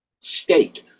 state